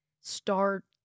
start